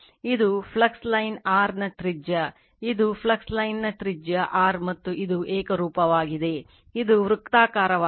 ಇದು flux line r ನ ತ್ರಿಜ್ಯ ಇದು ಫ್ಲಕ್ಸ್ ಲೈನ್ನ ತ್ರಿಜ್ಯ r ಮತ್ತು ಇದು ಏಕರೂಪವಾಗಿದೆ ಇದು ವೃತ್ತಾಕಾರವಾಗಿದೆ